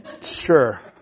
Sure